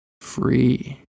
Free